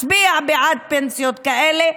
מצביע בעד פנסיות כאלה,